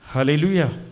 Hallelujah